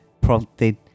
prompted